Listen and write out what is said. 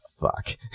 fuck